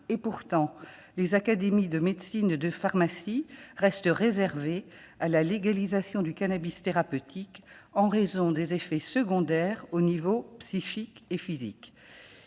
Et pourtant, les académies de médecine et de pharmacie restent réservées quant à une légalisation du cannabis thérapeutique, en raison de ses effets secondaires psychiques et physiques.